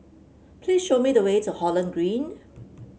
please show me the way to Holland Green